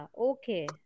okay